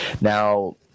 Now